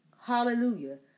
Hallelujah